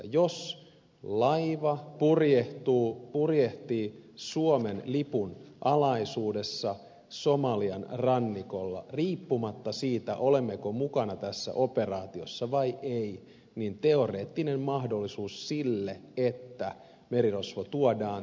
jos laiva purjehtii suomen lipun alaisuudessa somalian rannikolla riippumatta siitä olemmeko mukana tässä operaatiossa vai ei niin teoreettinen mahdollisuus sille että merirosvo tuodaan tänne on olemassa